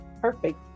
perfect